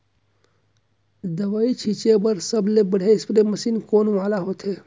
दवई छिंचे बर सबले बढ़िया स्प्रे मशीन कोन वाले होथे?